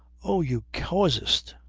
oh, you casuist!